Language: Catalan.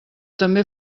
també